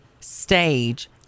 stage